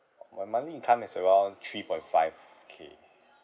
my monthly income is around three point five k